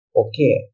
okay